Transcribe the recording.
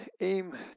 aim